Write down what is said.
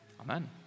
amen